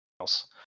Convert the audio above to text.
else